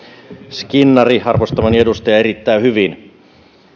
skinnari arvostamani edustaja erittäin hyvin